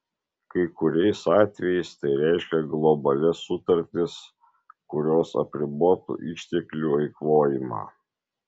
kai kuriais atvejais tai reiškia globalias sutartis kurios apribotų išteklių eikvojimą